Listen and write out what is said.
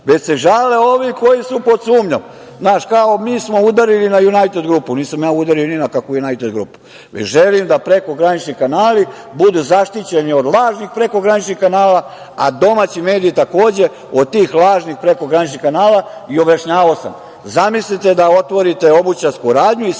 već se žale ovi koji su pod sumnjom, znaš, kao mi smo udarili na Junajted grupu. Nisam ja udario ni na kakvu Junajted grupu, već želim da prekogranični kanali budu zaštićeni od lažnih prekograničnih kanala, a domaći mediji takođe od tih lažnih prekograničnih kanala i objašnjavao sam, zamislite da otvorite obućarsku radnju i